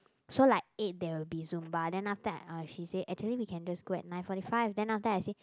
so like eight there will be Zumba then after that I uh she say actually we can just go at nine forty five then after that I say